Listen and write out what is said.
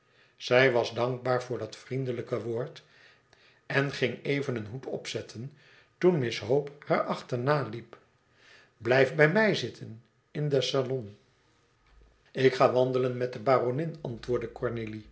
zij was dankbaar voor dat vriendelijke woord en ging even een hoed opzetten toen miss hope haar achterna liep e ids aargang lijf bij mij zitten in den salon ik ga wandelen met de baronin antwoordde cornélie